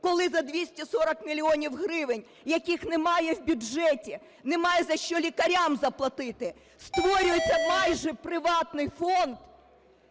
коли за 240 мільйонів гривень, яких немає в бюджеті, немає за що лікарям заплатити, створюється майже приватний фонд,